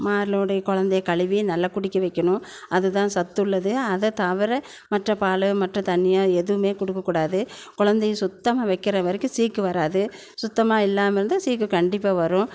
மார்போட குழந்தைய கழுவி நல்லா குடிக்க வைக்கணும் அதுதான் சத்துள்ளது அதை தவிர மற்ற பால் மற்ற தண்ணீயோ எதுவுமே கொடுக்கக்கூடாது குழந்தைய சுத்தமாக வைக்கிற வரைக்கும் சீக்கு வராது சுத்தமாக இல்லாமல் இருந்தால் சீக்கு கண்டிப்பாக வரும்